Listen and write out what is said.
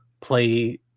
play